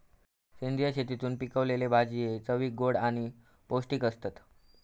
सेंद्रिय शेतीतून पिकयलले भाजये चवीक गोड आणि पौष्टिक आसतत